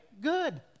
good